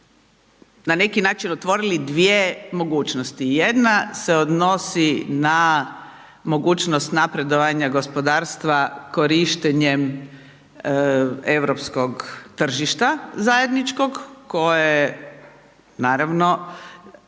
na neki način otvorili dvije mogućnosti. Jedna se odnosi na mogućnost napredovanja gospodarstva korištenjem europskog tržišta zajedničkog koje naravno